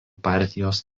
partijos